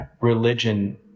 religion